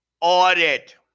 audit